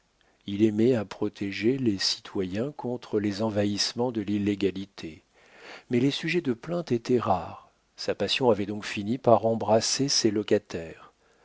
il aimait à protéger les citoyens contre les envahissements de l'illégalité mais les sujets de plainte étaient rares sa passion avait donc fini par embrasser ses locataires